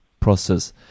process